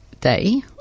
day